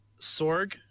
Sorg